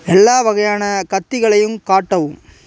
எல்லா வகையான கத்திகளையும் காட்டவும்